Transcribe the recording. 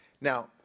Now